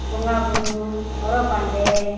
ᱵᱚᱸᱜᱟᱼᱵᱩᱨᱩ ᱦᱚᱨᱚᱜ ᱵᱟᱸᱫᱮ